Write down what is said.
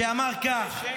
שאמר כך -- זה שקר.